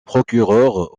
procureur